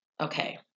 Okay